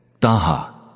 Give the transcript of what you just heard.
Taha